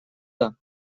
года